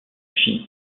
fille